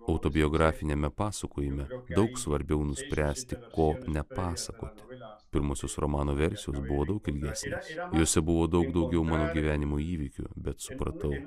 autobiografiniame pasakojime daug svarbiau nuspręsti ko ne pasakoti pirmosios romano versijos buvo daug ilgesnės jose buvo daug daugiau mano gyvenimo įvykių bet supratau